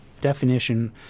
definition